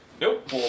Nope